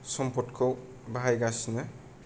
सम्पदखौ बाहायगासिनो